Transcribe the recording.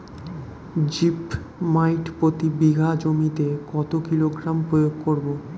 Zip মাইট প্রতি বিঘা জমিতে কত কিলোগ্রাম প্রয়োগ করব?